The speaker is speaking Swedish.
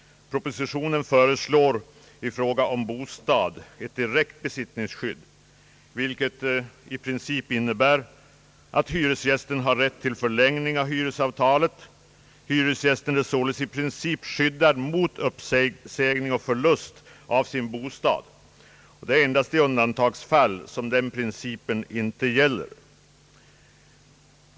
Propositionen föreslår i fråga om bostad ett direkt besittningsskydd, vilket i princip innebär att hyresgästen har rätt till förlängning av hyresavtalet. Hyresgästen är således i princip skyddad mot uppsägning och förlust av sin bostad. Det är endast i undantagsfall som den principen inte gäller.